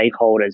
stakeholders